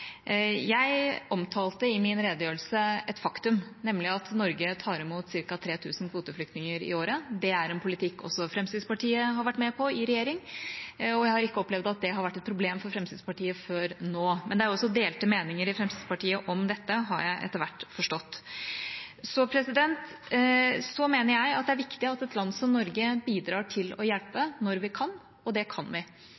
Jeg omtalte i min redegjørelse et faktum, nemlig at Norge tar imot ca. 3 000 kvoteflyktninger i året. Det er en politikk også Fremskrittspartiet har vært med på i regjering, og jeg har ikke opplevd at det har vært et problem for Fremskrittspartiet før nå. Men det er også delte meninger i Fremskrittspartiet om dette, har jeg etter hvert forstått. Så mener jeg at det er viktig at et land som Norge bidrar til å hjelpe